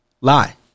Lie